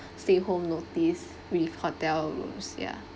stay home notice with hotel rooms ya